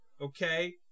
Okay